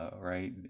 right